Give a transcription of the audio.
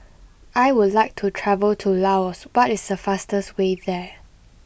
I would like to travel to Laos what is the fastest way there